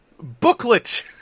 booklet